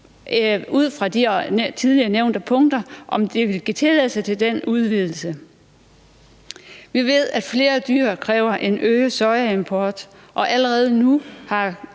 ud fra de tidligere nævnte punkter at tage stilling til, om de vil give tilladelse til den udvidelse. Vi ved, at flere dyr kræver en øget sojaimport, og allerede nu har